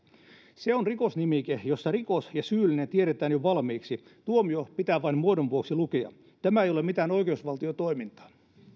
se on rikosnimike jossa rikos ja syyllinen tiedetään jo valmiiksi tuomio pitää vain muodon vuoksi lukea tämä ei ole mitään oikeusvaltiotoimintaa